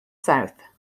south